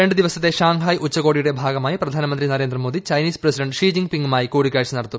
രണ്ട് ദിവസത്തെ ഷാങ്ഹായ് ഉച്ചകോടിയുടെ ഭാഗമായി പ്രധാനമന്ത്രി നരേന്ദ്രമോദി ചൈനീസ് പ്രസിഡന്റ് ഷി ജിംഗ് പിങ്ങുമായി കൂടിക്കാഴ്ച നടത്തും